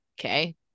okay